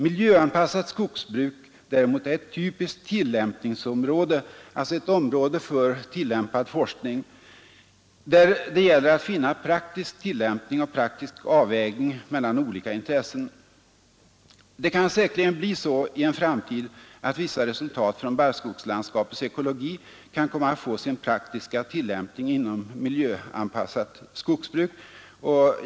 Miljöanpassat skogsbruk däremot är ett typiskt tillämpningsområde, alltså ett område för tillämpad forskning, där det gäller att finna praktisk tillämpning och praktisk avvägning mellan olika intressen, Det kan säkerligen bli så i en framtid att vissa resultat från ”Barrskogslandskapets ekologi” kan komma att få sin praktiska tillämpning inom ”miljöanpassat skogsbruk”.